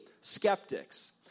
skeptics